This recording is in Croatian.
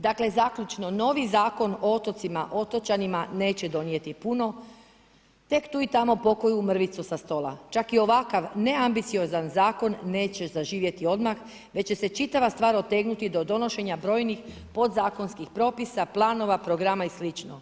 Dakle, zaključno, novi Zakon o otocima, otočanima neće donijeti puno, tek tu i tamo pokoju mrvicu sa stola, čak i ovakav neambiciozan zakon neće zaživjeti odmah već će se čitava stvar otegnuti do donošenja brojnih podzakonskih propisa, planova, programa i sl.